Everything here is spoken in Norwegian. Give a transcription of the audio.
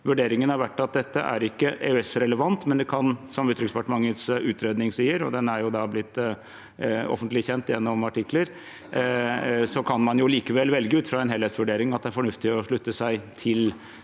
vurderingen har vært at dette ikke er EØS-relevant, men som Utenriksdepartementets utredning sier – og den er jo blitt offentlig kjent gjennom artikler – kan man likevel ut fra en helhetsvurdering velge at det er fornuftig å slutte seg til.